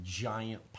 giant